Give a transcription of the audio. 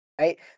Right